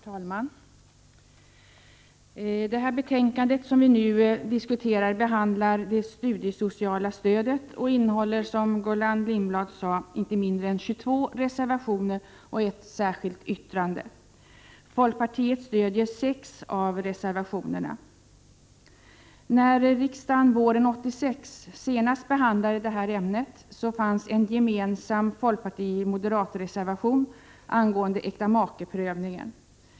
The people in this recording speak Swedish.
Herr talman! Det betänkande som vi nu diskuterar behandlar det studiesociala stödet och innehåller, som Gullan Lindblad sade, inte mindre än 22 reservationer och ett särskilt yttrande. Folkpartiet stödjer 6 av reservationerna. När riksdagen våren 1986 senast behandlade detta ämne fanns en gemensam folkpartistisk-moderat reservation angående äktamakeprövningen.